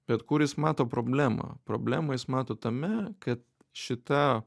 bet kur jis mato problemą problemą jis mato tame kad šita